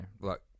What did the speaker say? look